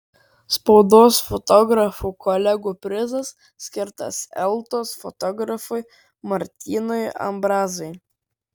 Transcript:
spaudos fotografų kolegų prizas skirtas eltos fotografui martynui ambrazui